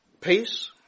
peace